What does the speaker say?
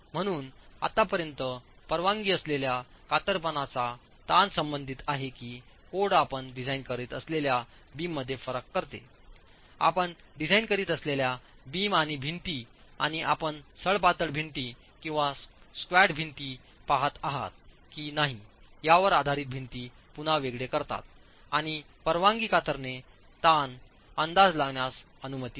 म्हणून आतापर्यंत परवानगी असलेल्या कातरणाचा ताण संबंधित आहे की कोड आपण डिझाइन करीत असलेल्या बीममध्ये फरक करते आपण डिझाइन करीत असलेल्या बीम आणि भिंती आणि आपण सडपातळ भिंती किंवा स्क्व्हॅट भिंती पहात आहात की नाही यावर आधारित भिंती पुन्हा वेगळे करतात आणि परवानगी कातरणे ताण अंदाज लावण्यास अनुमती देते